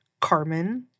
Carmen